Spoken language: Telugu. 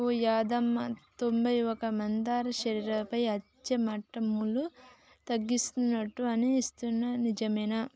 ఓ యాదమ్మ తొంబై ఒక్క మందార శరీరంపై అచ్చే మోటుములను తగ్గిస్తుందంట అని ఇన్నాను నిజమేనా